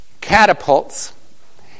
catapults